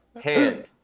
hand